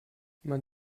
man